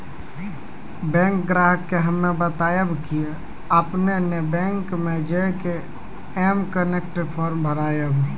bank ग्राहक के हम्मे बतायब की आपने ने बैंक मे जय के एम कनेक्ट फॉर्म भरबऽ